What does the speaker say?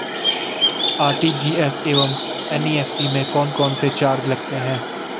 RTGS एवं NEFT में कौन कौनसे चार्ज लगते हैं?